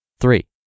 Three